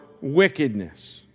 wickedness